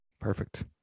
Perfect